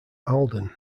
alden